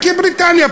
כי בריטניה,